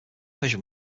version